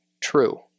true